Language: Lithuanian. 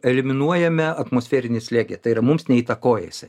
eliminuojame atmosferinį slėgį tai yra mums neįtakoja jisai